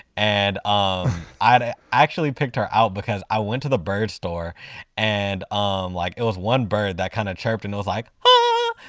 and um i actually picked her out, because i went to the bird store and um like it was one bird that kind of chirped and like, but